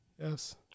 yes